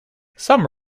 some